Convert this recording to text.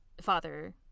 father